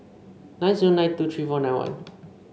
nine zero nine two three four nine one